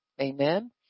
Amen